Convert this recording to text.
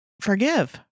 forgive